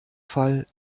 fall